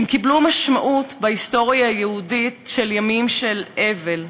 קיבלו משמעות בהיסטוריה היהודית כימים של אבל.